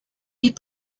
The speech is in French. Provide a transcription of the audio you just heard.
est